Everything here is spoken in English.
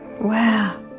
Wow